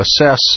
assess